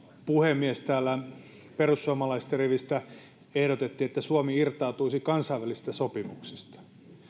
puhemies täällä perussuomalaisten rivistä ehdotettiin että suomi irtautuisi kansainvälisistä sopimuksista